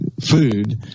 food